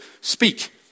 speak